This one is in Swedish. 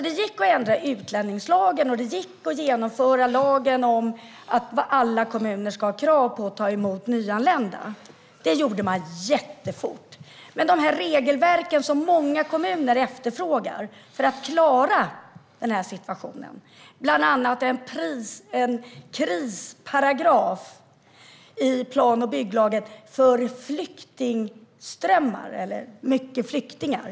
Det gick att ändra utlänningslagen och genomföra lagen om att alla kommuner ska ha krav på sig att ta emot nyanlända, och det gjorde man jättefort. Men det gäller inte de här regelverken, som många kommuner efterfrågar för att klara situationen. Bland annat har man efterfrågat en krisparagraf i plan och bygglagen för flyktingströmmar eller situationer med många flyktingar.